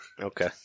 Okay